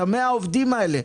את ה-100 עובדים האלה.